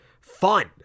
fun